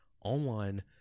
online